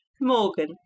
Morgan